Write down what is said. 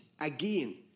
again